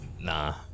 Nah